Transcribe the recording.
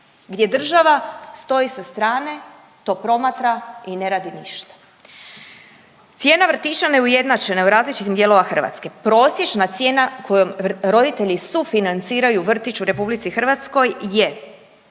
Gdje država stoji sa strane, to promatra i ne radi ništa. Cijena vrtića neujednačena je u različitim dijelovima Hrvatske. Prosječna cijena kojom roditelji sufinanciraju vrtić u RH je